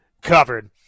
covered